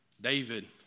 David